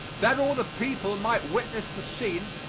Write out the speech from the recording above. that all the people might witness the scene,